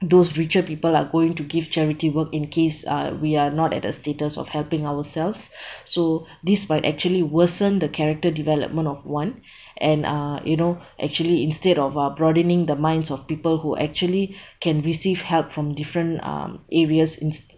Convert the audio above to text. those richer people are going to give charity work in case uh we are not at the status of helping ourselves so this might actually worsen the character development of one and uh you know actually instead of uh broadening the minds of people who actually can receive help from different um areas ins~